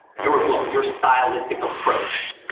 your look, your stylistic approach?